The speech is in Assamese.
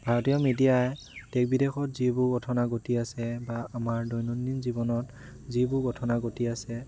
ভাৰতীয় মিডিয়াই দেশ বিদেশত যিবোৰ ঘটনা ঘটি আছে বা আমাৰ দৈনন্দিন জীৱনত যিবোৰ ঘটনা ঘটি আছে